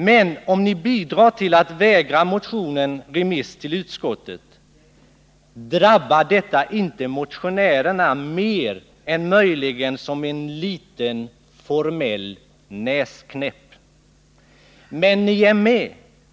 Men om ni bidrar till att vägra motionen remiss till utskottet, drabbar detta inte motionärerna mer än möjligen som en liten, formell näsknäpp. Men ni är med